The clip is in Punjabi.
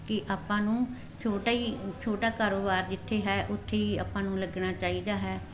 ਕਿ ਆਪਾਂ ਨੂੰ ਛੋਟਾ ਹੀ ਛੋਟਾ ਕਾਰੋਬਾਰ ਜਿੱਥੇ ਹੈ ਉੱਥੇ ਹੀ ਆਪਾਂ ਨੂੰ ਲੱਗਣਾ ਚਾਹੀਦਾ ਹੈ